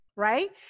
right